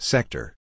Sector